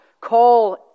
Call